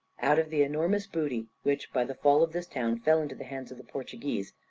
out of the enormous booty, which by the fall of this town fell into the hands of the portuguese,